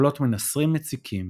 קולות מנסרים, מציקים.